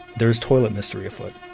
there is toilet mystery afoot.